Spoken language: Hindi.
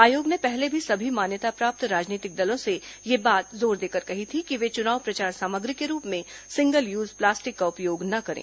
आयोग ने पहले भी सभी मान्यता प्राप्त राजनीतिक दलों से यह बात जोर देकर कही थी कि वे चुनाव प्रचार सामग्री के रूप में सिंगल यूज प्लास्टिक का उपयोग न करें